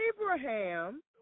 Abraham